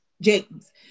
James